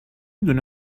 دونه